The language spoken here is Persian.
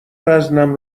وزنم